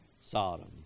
Sodom